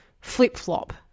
flip-flop